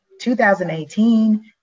2018